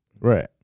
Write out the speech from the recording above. Right